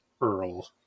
Earl